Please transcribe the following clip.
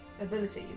abilities